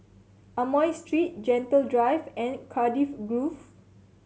Amoy Street Gentle Drive and Cardiff Grove